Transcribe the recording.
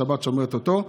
השבת שומרת אותו,